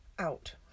out